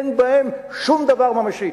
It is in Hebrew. אין בהם שום דבר ממשי.